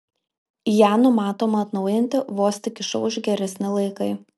ją numatoma atnaujinti vos tik išauš geresni laikai